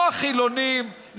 לא החילונים,